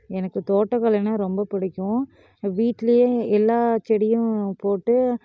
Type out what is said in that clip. எனக்கு தோட்டக்கலைன்னால் ரொம்ப பிடிக்கும் வீட்லேயே எல்லா செடியும் போட்டு